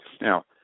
now